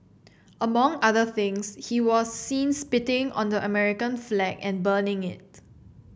among other things he was seen spitting on the American flag and burning it